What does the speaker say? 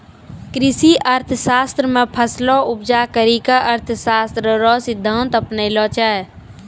कृषि अर्थशास्त्र मे फसलो उपजा करी के अर्थशास्त्र रो सिद्धान्त अपनैलो छै